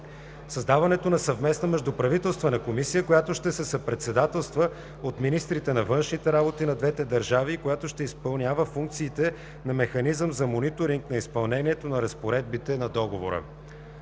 създаването на Съвместна междуправителствена комисия, която ще се съпредседателства от министрите на външните работи на двете държави и която ще изпълнява функциите на механизъм за мониторинг на изпълнението на разпоредбите на договора.